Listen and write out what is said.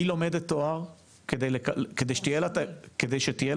היא לומדת תואר כדי שתהיה לה את האפשרות